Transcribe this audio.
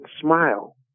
Smile